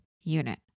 unit